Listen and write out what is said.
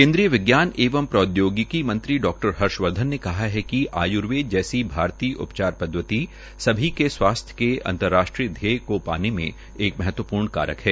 केन्द्रीय विज्ञान एंव प्रौदयोगिकी मंत्री डा हर्षवर्धन ने कहा है कि आयूर्वेद जैसी भारतीय उपचार पद्वति सभी के स्वास्थ्य के अंतराष्ट्रीय ध्येय को पाने में एक महत्वपूर्ण कारक है